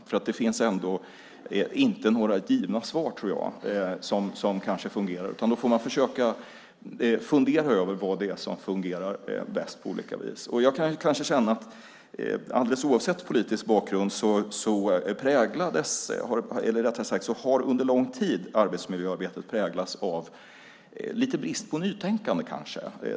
Jag tror inte att det finns givna svar som fungerar. Man får försöka fundera på vad som bäst fungerar på olika vis. Alldeles oavsett politisk bakgrund kan jag känna att arbetsmiljöarbetet under en lång tid lite grann kanske präglats av en brist på nytänkande.